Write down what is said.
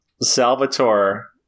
Salvatore